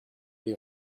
les